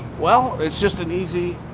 well, it's just an easy,